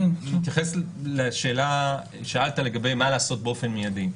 אני אתייחס לשאלה ששאלת מה לעשות באופן מיידי.